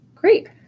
Great